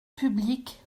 public